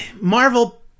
Marvel